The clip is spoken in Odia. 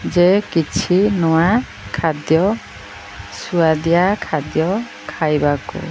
ଯେ କିଛି ନୂଆ ଖାଦ୍ୟ ସୁଆଦିଆ ଖାଦ୍ୟ ଖାଇବାକୁ